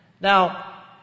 Now